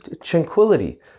Tranquility